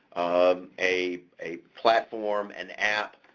um a a platform, an app,